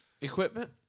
equipment